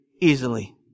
easily